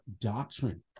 doctrine